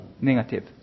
Negative